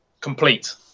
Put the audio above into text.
complete